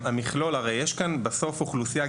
הרי יש כאן בסוף אוכלוסיה,